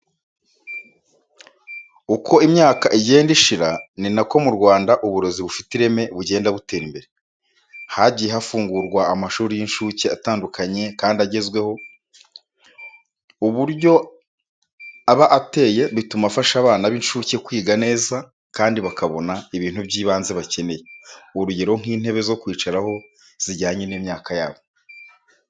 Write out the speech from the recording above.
Uko imyaka igenda ishira, ni nako mu Rwanda uburezi bufite ireme bugenda butera imbere. Hagiye hafungurwa amashuri y'incuke atandukanye kandi agezweho. Uburyo aba ateye bituma afasha abana b'incuke kwiga neza kandi bakabona ibintu by'ibanze bakeneye, urugero nk'intebe zo kwicaraho zijyanye n'imyaka yabo.